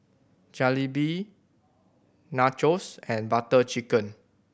Jalebi Nachos and Butter Chicken